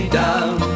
down